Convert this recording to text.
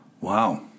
Wow